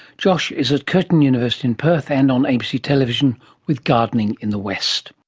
josh is at curtin university in perth and on abc television with gardening in the west